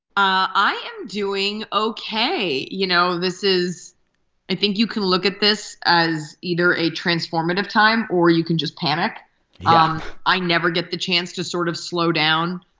ah i am doing ok. you know, this is i think you can look at this as either a transformative time, or you can just panic um i never get the chance to sort of slow down.